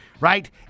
right